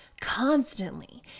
constantly